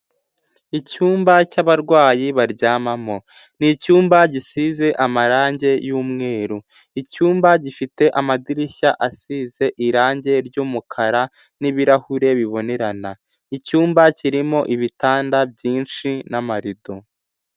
Icyumba cyabarwayi baryamamo, ni icyumba gisize amarangi y'umweru, icyumba gifite amadirishya asize irangi ry'umukara n'ibirahure bibonerana, icyumba kirimo ibitanda byinshi n'amarido.